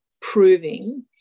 proving